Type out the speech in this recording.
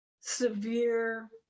severe